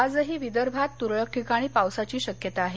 आजही विदर्भात तुरळक ठिकाणी पावसाची शक्यता आहे